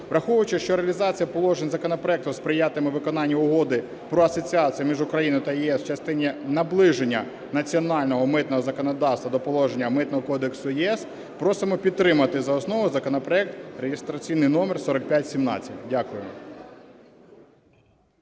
Враховуючи, що реалізація положень законопроекту сприятиме виконанню Угоди про асоціацію між Україною та ЄС в частині наближення національного митного законодавства до положень Митного кодексу ЄС просимо підтримати за основу законопроект реєстраційний номер 4517. Дякую.